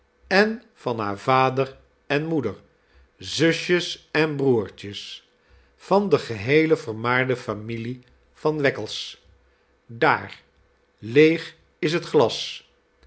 en van haar vader en moeder zusjes en broertjes van de geheele vermaarde familie van wackles daar leeg is het glas